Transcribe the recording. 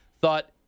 thought